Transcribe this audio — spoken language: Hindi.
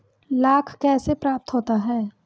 लाख कैसे प्राप्त होता है?